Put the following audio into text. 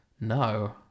No